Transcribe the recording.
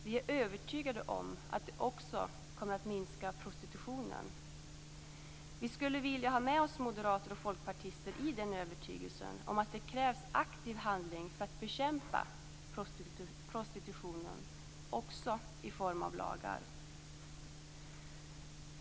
Vi är övertygade om att det också kommer att minska prostitutionen. Vi skulle vilja ha med oss moderater och folkpartister i den övertygelsen om att det krävs aktiv handling för att bekämpa prostitutionen - också i form av lagar.